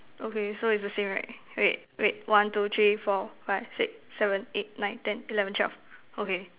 okay so it's the same right wait wait one two three four five six seven eight nine ten eleven twelve okay